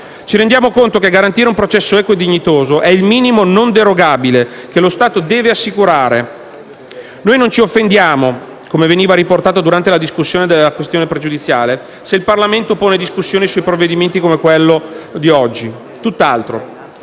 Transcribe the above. Ci rendiamo conto che garantire un processo equo e dignitoso è il minimo non derogabile che lo Stato deve assicurare. Noi non ci offendiamo, come riportato durante la discussione della questione pregiudiziale, se il Parlamento pone discussioni sui provvedimenti come quello di oggi.